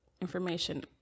information